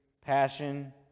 passion